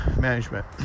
management